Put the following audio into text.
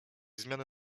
zmiany